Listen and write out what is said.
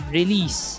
release